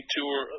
Tour